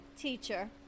teacher